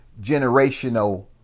generational